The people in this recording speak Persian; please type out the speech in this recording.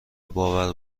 باور